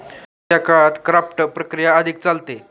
आजच्या काळात क्राफ्ट प्रक्रिया अधिक चालते